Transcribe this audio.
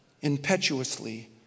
impetuously